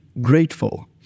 grateful